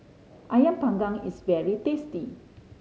Ayam Panggang is very tasty